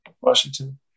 Washington